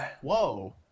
Whoa